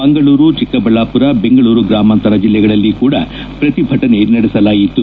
ಮಂಗಳೂರು ಚಿಕ್ಕಬಳ್ದಾಪುರ ಬೆಂಗಳೂರು ಗ್ರಾಮಾಂತರ ಜಿಲ್ಲೆಗಳಲ್ಲಿ ಕೂಡ ಪ್ರತಿಭಟನೆ ನಡೆಸಲಾಯಿತು